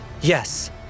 Yes